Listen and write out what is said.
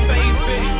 Baby